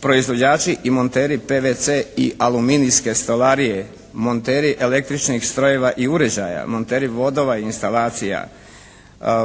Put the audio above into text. proizvođači i monteri PVC i aluminijske stolarije, monteri električnih strojeva i uređaja, monteri vodova i instalacija,